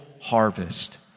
harvest